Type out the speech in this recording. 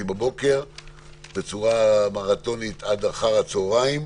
בבוקר בצורה מרתונית עד אחר הצוהריים,